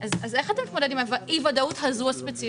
אז איך אתה מתמודד עם אי הוודאות הזו הספציפית?